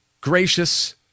gracious